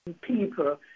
people